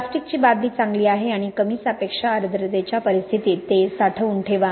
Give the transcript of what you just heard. प्लॅस्टिकची बादली चांगली आहे आणि कमी सापेक्ष आर्द्रतेच्या परिस्थितीत ते साठवून ठेवा